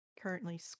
currently